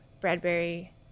Bradbury